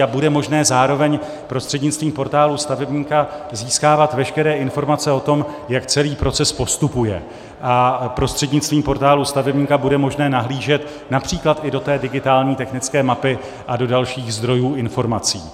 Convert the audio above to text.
Zároveň bude možné prostřednictvím Portálu stavebníka získávat veškeré informace o tom, jak celý proces postupuje, a prostřednictvím Portálu stavebníka bude možné nahlížet například i do té digitální technické mapy a do dalších zdrojů informací.